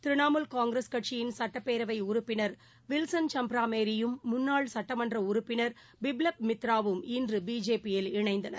திரிணமூல் காங்கிரஸ் கட்சியின் சட்டப்பேரவைஉறுப்பின் வில்சன் சம்பராமேரியும் முன்னாள் சட்டமன்றஉறுப்பினர் பிப்ளப் மித்ராவும் இன்றபிஜேபி யில் இணைந்தனர்